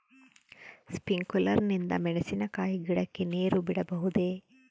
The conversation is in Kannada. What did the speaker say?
ಸ್ಪಿಂಕ್ಯುಲರ್ ನಿಂದ ಮೆಣಸಿನಕಾಯಿ ಗಿಡಕ್ಕೆ ನೇರು ಬಿಡಬಹುದೆ?